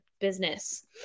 business